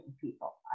people